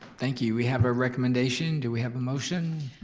thank you, we have a recommendation. do we have a motion?